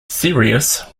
serious